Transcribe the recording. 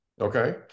Okay